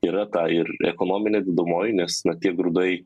yra ta ir ekonominė dedamoji nes na tie grūdai